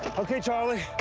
ok, charlie.